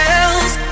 else